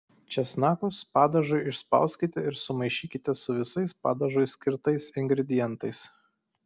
česnakus padažui išspauskite ir sumaišykite su visais padažui skirtais ingredientais